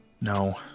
No